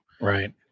right